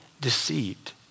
deceived